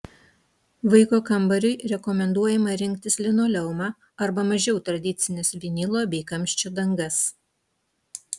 vaiko kambariui rekomenduojama rinktis linoleumą arba mažiau tradicines vinilo bei kamščio dangas